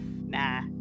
nah